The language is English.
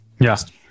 yes